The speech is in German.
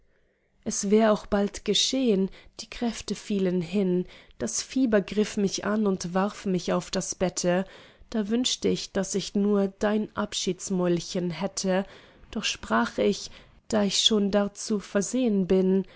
es wär auch bald geschehn die kräfte fielen hin das fieber griff mich an und warf mich auf das bette da wünscht ich daß ich nur dein abschiedsmäulchen hätte doch sprach ich da ich schon darzu versehen bin